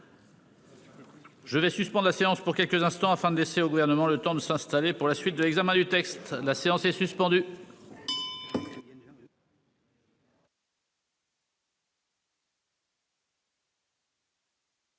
Je vais suspendre la séance pour quelques instants afin de laisser au gouvernement, le temps de s'installer pour la suite de l'examen du texte. La séance est suspendue.